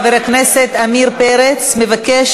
חבר הכנסת עמיר פרץ מבקש,